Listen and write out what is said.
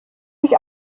mich